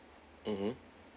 mmhmm